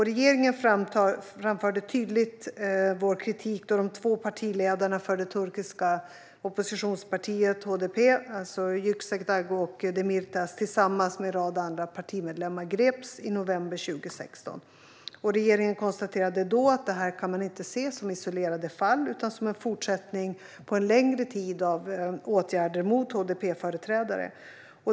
Regeringen framförde tydligt sin kritik när de två partiledarna för det turkiska oppositionspartiet HDP, alltså Yüksekdag och Demirtas, greps tillsammans med en rad andra partimedlemmar i november 2016. Regeringen konstaterade då att detta inte kunde ses som isolerade fall utan som en fortsättning på en längre tid av åtgärder mot HDP-företrädare.